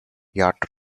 yacht